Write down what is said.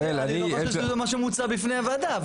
זה לא מה שמוצע בפני הוועדה.